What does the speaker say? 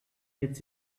it’s